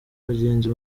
bagenzi